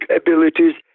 abilities